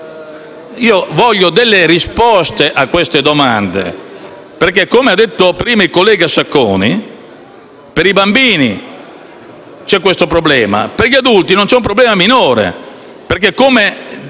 Io voglio delle risposte a queste domande perché, come ha detto prima il collega Sacconi, per i bambini c'è questo problema, ma per gli adulti non c'è un problema minore.